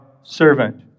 servant